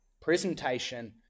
presentation